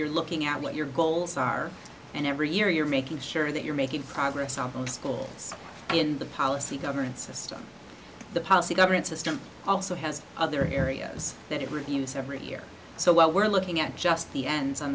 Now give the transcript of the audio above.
you're looking at what your goals are and every year you're making sure that you're making progress on schools in the policy governance system the policy governance system also has other areas that it reviews every year so while we're looking at just the ends on